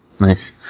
Nice